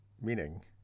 meaning